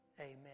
Amen